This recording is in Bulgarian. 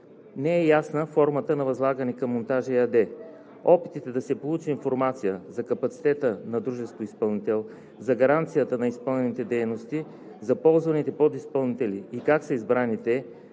Не е ясна формата на възлагане към „Монтажи“ ЕАД. Опитите да се получи информация за капацитета на дружеството-изпълнител; за гаранцията на изпълнените дейности; за ползваните подизпълнители и как са избрани те;